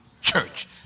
church